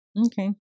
Okay